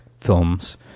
films